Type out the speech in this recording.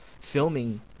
filming